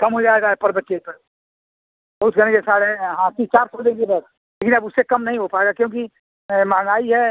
कम हो जाएगा पर बच्चे का बहुत करेंगे साढ़े हाँ तीन चार सौ लेंगे बस लेकिन अब उससे कम नहीं हो पाएगा क्योंकि महँगाई है